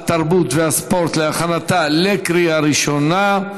התרבות והספורט להכנתה לקריאה ראשונה.